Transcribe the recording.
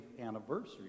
anniversary